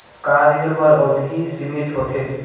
का ऋण बर अवधि सीमित होथे?